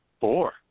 four